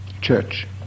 church